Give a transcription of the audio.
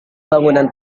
bangunan